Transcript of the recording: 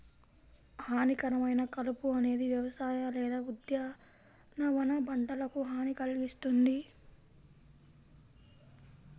హానికరమైన కలుపు అనేది వ్యవసాయ లేదా ఉద్యానవన పంటలకు హాని కల్గిస్తుంది